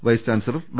vice chancellor Dr